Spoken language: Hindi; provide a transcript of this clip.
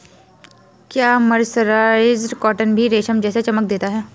क्या मर्सराइज्ड कॉटन भी रेशम जैसी चमक देता है?